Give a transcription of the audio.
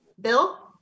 Bill